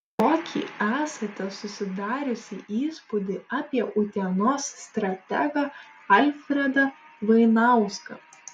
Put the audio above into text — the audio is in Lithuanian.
kokį esate susidariusi įspūdį apie utenos strategą alfredą vainauską